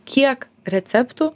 kiek receptų